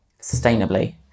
sustainably